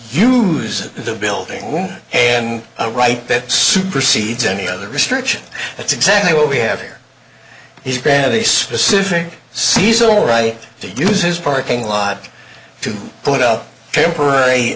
use the building and a right that supersedes any other research that's exactly what we have here is a specific seasonal right to use his parking lot to put up temporary